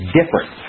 different